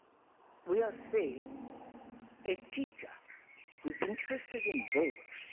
we are saying a teacher who is interested in both,